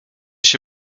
się